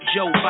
Joe